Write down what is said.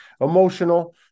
emotional